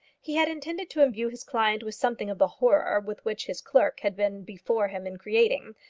he had intended to imbue his client with something of the horror with which his clerk had been before him in creating,